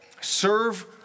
Serve